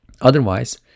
otherwise